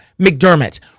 McDermott